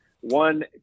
One